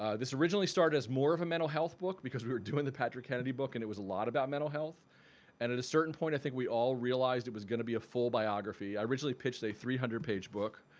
this originally started as more of a mental health book because we were doing the patrick kennedy book and it was a lot about mental health and at a certain point i think we all realized it was gonna be a full biography. i originally pitched a three hundred page book.